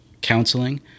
counseling